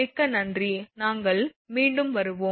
மிக்க நன்றி நாங்கள் மீண்டும் வருவோம்